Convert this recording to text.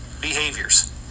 behaviors